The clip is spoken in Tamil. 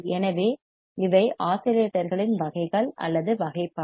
எனவே இவை ஆஸிலேட்டர்களின் வகைகள் அல்லது வகைப்பாடு